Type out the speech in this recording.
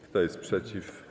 Kto jest przeciw?